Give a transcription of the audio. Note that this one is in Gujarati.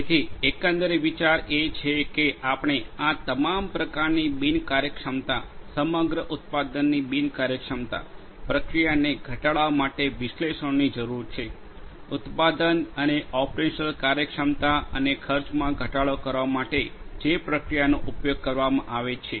જેથી એકંદરે વિચાર એ છે કે આપણે આ તમામ પ્રકારની બિન કાર્યક્ષમતા સમગ્ર ઉત્પાદનની બિન કાર્યક્ષમતા પ્રક્રિયા ને ઘટાડવા માટે વિશ્લેષણોની જરૂર છે ઉત્પાદન અને ઓપરેશનલ કાર્યક્ષમતા અને ખર્ચમાં ઘટાડો કરવા માટે જે પ્રક્રિયાનો ઉપયોગ કરવામાં આવે છે